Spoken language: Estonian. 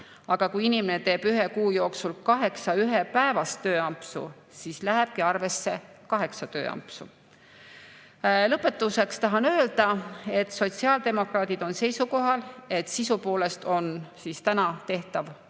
Aga kui inimene teeb ühe kuu jooksul kaheksa ühepäevast tööampsu, siis lähebki arvesse kaheksa tööampsu. Lõpetuseks tahan öelda, et sotsiaaldemokraadid on seisukohal, et sisu poolest on täna tehtav ja